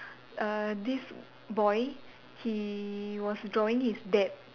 uh this boy he was drawing his dad